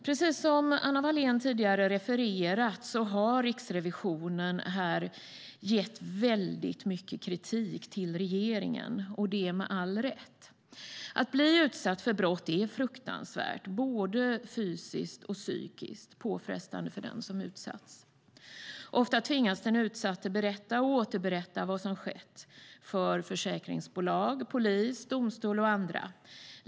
Precis som Anna Wallén tidigare har refererat har Riksrevisionen gett mycket kritik till regeringen, och det med all rätt. Att bli utsatt för brott är fruktansvärt och både fysiskt och psykiskt påfrestande för den som utsätts. Ofta tvingas den utsatte berätta och återberätta vad som skett för försäkringsbolag, polis, domstol och andra.